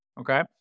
Okay